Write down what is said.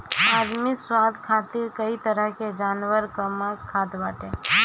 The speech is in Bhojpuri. आदमी स्वाद खातिर कई तरह के जानवर कअ मांस खात बाटे